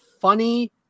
funny